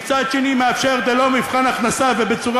ומצד שני היא מאפשרת ללא מבחן הכנסה ובצורה